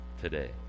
today